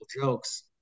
jokes